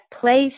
place